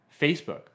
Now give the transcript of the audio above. Facebook